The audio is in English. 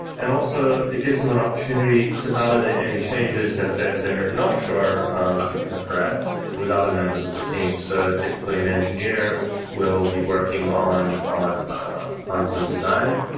and also, it gives them an opportunity to validate any changes that they're they're not sure um that they're correct with other members of the team. so typically an engineer will be working on on some design.